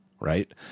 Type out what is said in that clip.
Right